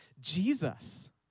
Jesus